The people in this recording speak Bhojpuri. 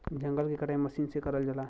जंगल के कटाई मसीन से करल जाला